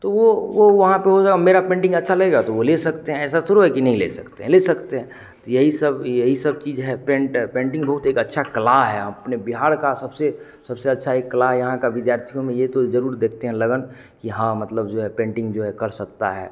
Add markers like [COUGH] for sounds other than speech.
तो वह वह वहाँ पर हो [UNINTELLIGIBLE] मेरी पेन्टिंग अच्छा लगेगा तो वह ले सकते हैं ऐसा थोड़ा है कि नहीं ले सकते हैं ले सकते हैं तो यही सब यही सब चीज़ है पेन्टर पेन्टिंग बहुत एक अच्छी कला है अपने बिहार की सबसे सबसे अच्छी एक कला यहाँ के विद्यार्थियों में यह तो ज़रूर देखते हैं लगन कि हाँ मतलब जो है पेन्टिंग जो है कर सकता है